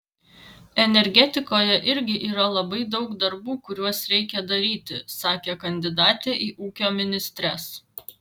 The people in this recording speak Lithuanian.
energetikoje irgi yra labai daug darbų kuriuos reikia daryti sakė kandidatė į ūkio ministres